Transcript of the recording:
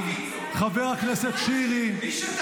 בבקשה,